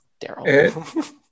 Daryl